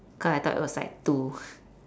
cause I thought it was like two